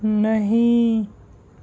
نہیں